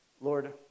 Lord